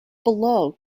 below